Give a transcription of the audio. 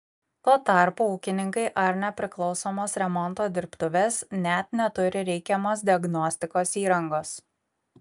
tuo tarpu ūkininkai ar nepriklausomos remonto dirbtuvės net neturi reikiamos diagnostikos įrangos